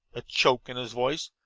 a choke in his voice.